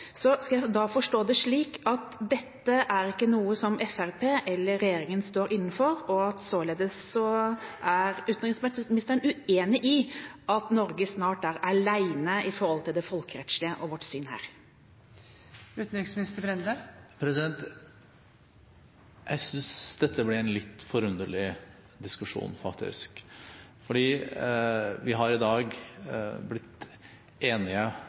Skal jeg da forstå det slik at dette er ikke noe som Fremskrittspartiet eller regjeringa står inne for, og at utenriksministeren således er uenig i at Norge snart er alene i forhold til det folkerettslige og vårt syn her? Jeg synes faktisk dette ble en litt forunderlig diskusjon. Vi har i dag blitt enige